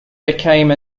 became